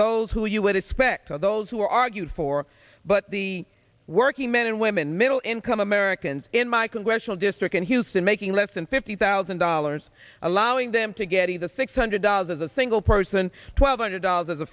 those who you would expect are those who argued for but the working men and women middle income americans in my congressional district in houston making less than fifty thousand dollars allowing them to get the the six hundred dollars as a single person twelve hundred dollars as a